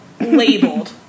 labeled